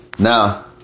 Now